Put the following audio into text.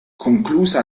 conclusa